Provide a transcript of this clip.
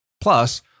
Plus